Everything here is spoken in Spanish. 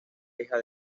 hija